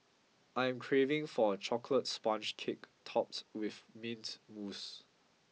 I am craving for a chocolate sponge cake topped with mint mousse